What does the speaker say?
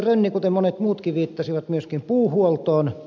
rönni kuten monet muutkin viittasivat myöskin puuhuoltoon